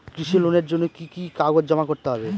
কৃষি লোনের জন্য কি কি কাগজ জমা করতে হবে?